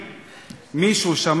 מישהו שמע על השם הזה?